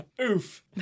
Oof